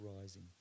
rising